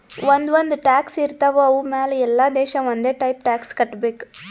ಒಂದ್ ಒಂದ್ ಟ್ಯಾಕ್ಸ್ ಇರ್ತಾವ್ ಅವು ಮ್ಯಾಲ ಎಲ್ಲಾ ದೇಶ ಒಂದೆ ಟೈಪ್ ಟ್ಯಾಕ್ಸ್ ಕಟ್ಟಬೇಕ್